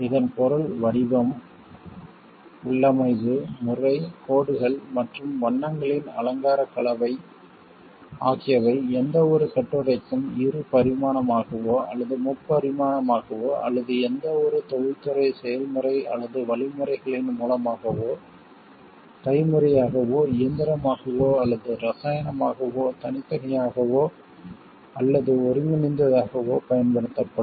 இதன் பொருள் வடிவம் உள்ளமைவு முறை கோடுகள் மற்றும் வண்ணங்களின் அலங்கார கலவை ஆகியவை எந்தவொரு கட்டுரைக்கும் இரு பரிமாணமாகவோ அல்லது முப்பரிமாணமாகவோ அல்லது எந்தவொரு தொழில்துறை செயல்முறை அல்லது வழிமுறைகளின் மூலமாகவோ கைமுறையாகவோ இயந்திரமாகவோ அல்லது இரசாயனமாகவோ தனித்தனியாகவோ அல்லது ஒருங்கிணைந்ததாகவோ பயன்படுத்தப்படும்